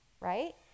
right